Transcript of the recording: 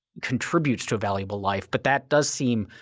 contributes to a valuable life. but that does seem,